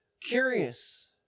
curious